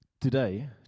Today